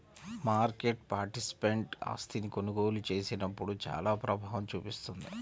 market participant ఆస్తిని కొనుగోలు చేసినప్పుడు చానా ప్రభావం చూపిస్తుంది